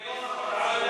זה לא נכון.